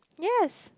yes